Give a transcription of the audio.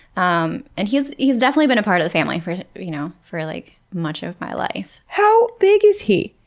um and he's he's definitely been a part of the family for you know for like much of my life. how big is he?